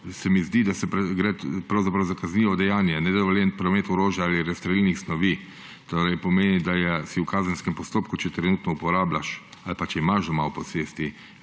se mi zdi, da gre to pravzaprav za kaznivo dejanje, nedovoljen promet orožja ali razstrelilnih snovi, torej pomeni da si v kazenskem postopku, če trenutno uporabljaš ali pa če imaš doma v posesti